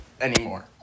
anymore